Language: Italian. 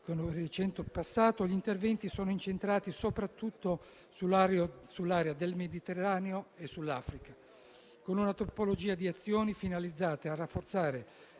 con un recente passato, gli interventi sono incentrati soprattutto sull'area del Mediterraneo e sull'Africa, con una tipologia di azioni finalizzate a rafforzare